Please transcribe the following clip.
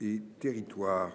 et territoires.